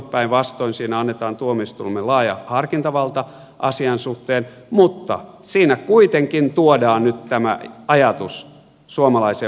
päinvastoin siinä annetaan tuomioistuimen laaja harkintavalta asian suhteen mutta siinä kuitenkin tuodaan nyt tämä ajatus suomalaiseen oi keusjärjestykseen